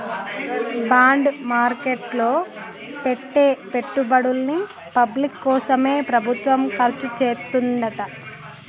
bond market లో పెట్టే పెట్టుబడుల్ని పబ్లిక్ కోసమే ప్రభుత్వం ఖర్చుచేత్తదంట